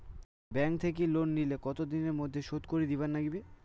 Bank থাকি loan নিলে কতো দিনের মধ্যে শোধ দিবার নাগিবে?